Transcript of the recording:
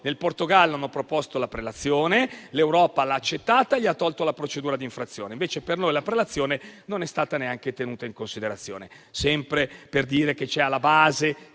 Il Portogallo ha proposto la prelazione, l'Europa l'ha accettata e ha tolto la procedura di infrazione; invece, per noi la prelazione non è stata neanche tenuta in considerazione. Questo sempre per dire che alla base